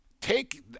take